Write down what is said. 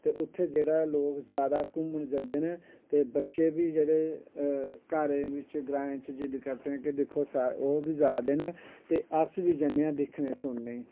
ते उत्थे जेह्ड़ा लोग जादा घूमन जंदे नै ते बच्चे बी जेह्ड़े घरै च ग्राएं च जिध्द करदे न के दिक्खो ओह् बी जादे न ते अस बी जन्ने आं दिक्खने सुनने